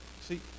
See